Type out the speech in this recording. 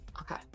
Okay